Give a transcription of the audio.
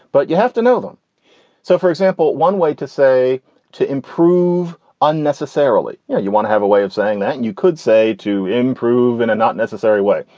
but you have to know them so, for example, one way to say to improve unnecessarily, yeah you want to have a way of saying that you could say to improve in a not necessary way,